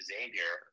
Xavier